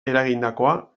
eragindakoa